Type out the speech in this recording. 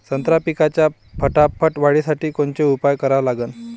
संत्रा पिकाच्या फटाफट वाढीसाठी कोनचे उपाव करा लागन?